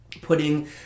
putting